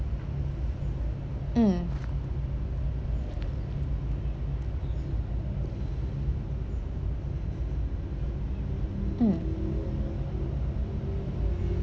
mm mm